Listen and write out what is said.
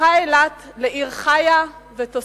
הפכה אילת לעיר חיה ותוססת,